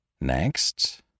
Next